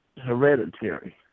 hereditary